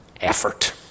effort